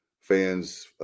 fans